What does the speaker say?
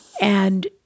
And-